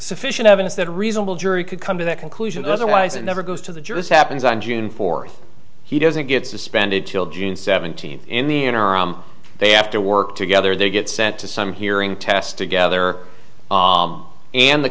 sufficient evidence that a reasonable jury could come to that conclusion otherwise it never goes to the jurors happens on june fourth he doesn't get suspended till june seventeenth in the interim they have to work together they get sent to some hearing test together and the